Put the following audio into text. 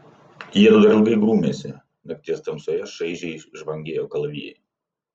jiedu dar ilgai grūmėsi nakties tamsoje šaižiai žvangėjo kalavijai